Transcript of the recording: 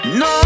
¡No